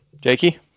Jakey